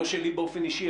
לא שלי באופן אישי,